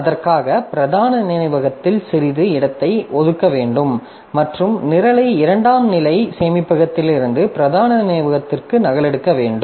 அதற்காக பிரதான நினைவகத்தில் சிறிது இடத்தை ஒதுக்க வேண்டும் மற்றும் நிரலை இரண்டாம் நிலை சேமிப்பிலிருந்து பிரதான நினைவகத்திற்கு நகலெடுக்க வேண்டும்